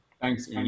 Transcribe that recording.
Thanks